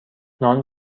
نان